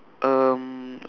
um